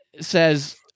says